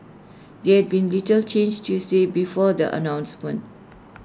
they had been little changed Tuesday before the announcements